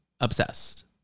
obsessed